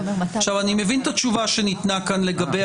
אני מבין את התשובה שניתנה כאן לגבי